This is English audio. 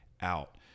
out